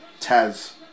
Taz